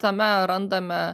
tame randame